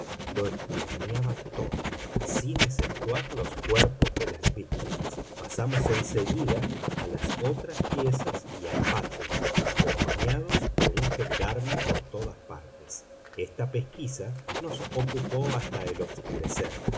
lo escudriñaba todo sin exceptuar los cuerpos de las víctimas pasamos en seguida a las otras piezas y al patio acompañados de un gendarme por todas partes esta pesquisa nos ocupó hasta el obscurecer